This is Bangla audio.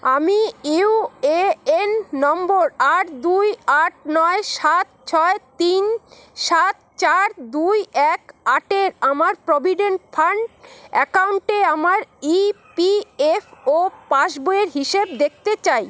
আমি ইউএএন নম্বর আট দুই আট নয় সাত ছয় তিন সাত চার দুই এক আটের আমার প্রভিডেন্ট ফান্ড অ্যাকাউন্টে আমার ইপিএফও পাস বইয়ের হিসেব দেখতে চাই